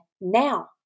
now